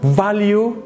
value